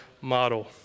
model